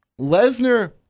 Lesnar